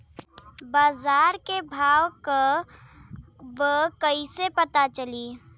बाजार के भाव का बा कईसे पता चली?